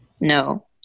No